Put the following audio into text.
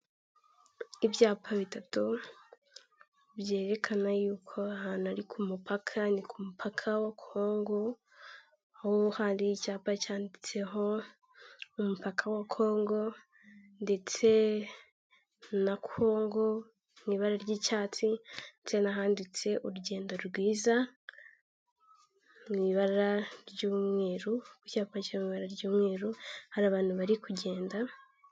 Ibyapa bitatu byerekana y'uko ahantu ari ku mupaka. Ni ku mupaka wa Kongo aho hari icyapa cyanditseho umupaka wa Kongo ndetse na Kongo mu ibara ry'icyatsi, ndetse n'ahanditse urugendo rwiza mu ibara ry'umweru ku cyapa cy'amabara y'umweru hari abantu bari kugenda...